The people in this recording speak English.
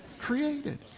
created